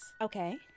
Okay